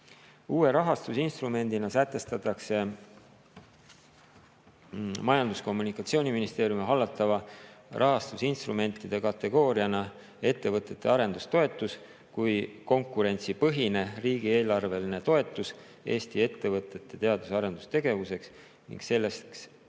Uue rahastamisinstrumendina sätestatakse Majandus- ja Kommunikatsiooniministeeriumi hallatava rahastamisinstrumentide kategooriana ettevõtete arendustoetus kui konkurentsipõhine riigieelarveline toetus Eesti ettevõtete teadus- ja arendustegevuseks ning sellest